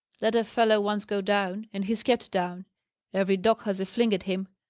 let a fellow once go down, and he's kept down every dog has a fling at him.